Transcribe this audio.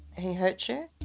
he hurt you?